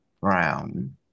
Brown